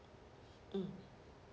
mm